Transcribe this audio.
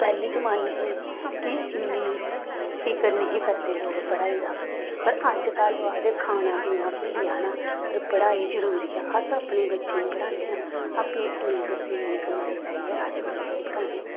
पैह्ले जमान्ने हे कि इन्नी फिकर निं हे करदे लोक पढ़ाई दा पर अजकल्ल ओह् आखदे खाना पीना भुल्ली जाना पर पढ़ाई जरूरी ऐ अस अपने बच्चें गी पढ़ान्ने आं अपनी खून पसीने दी कमाई लाइयै अस बच्चें गी पढ़ान्ने आं